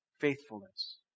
Faithfulness